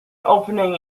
opening